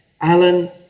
Alan